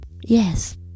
Yes